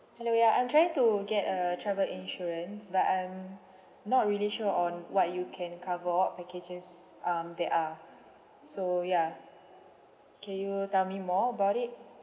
hello ya I'm trying to get a travel insurance but I'm not really sure on what you can cover or what packages um there are so ya can you tell me more about it